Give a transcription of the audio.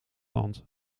land